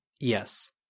Yes